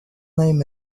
name